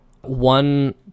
one